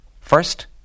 First